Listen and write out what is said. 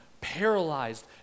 paralyzed